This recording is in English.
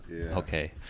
Okay